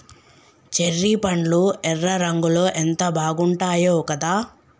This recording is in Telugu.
చెర్రీ పండ్లు ఎర్ర రంగులో ఎంత బాగుంటాయో కదా